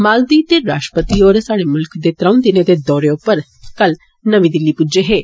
मालद्वीप दे राश्ट्रपति होर साढे मुल्खै दे त्रौं दिनें दे दौरे उप्पर कल नमीं दिल्ली पुज्जे हे